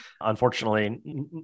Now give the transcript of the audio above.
Unfortunately